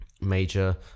major